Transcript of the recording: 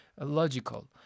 logical